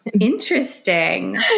Interesting